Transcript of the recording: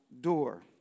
door